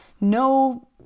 no